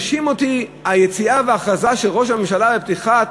הרשימו אותי היציאה וההכרזה של ראש הממשלה בפתיחת